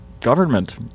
government